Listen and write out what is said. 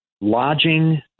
lodging